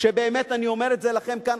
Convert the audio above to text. שבאמת אני אומר את זה לכם כאן,